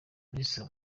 minisitiri